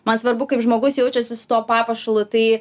man svarbu kaip žmogus jaučiasi su tuo papuošalu tai